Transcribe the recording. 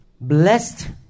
Blessed